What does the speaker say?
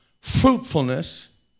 fruitfulness